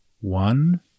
one